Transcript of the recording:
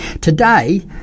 Today